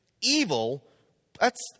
Evil—that's